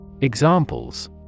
Examples